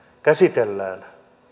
käsitellään